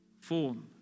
form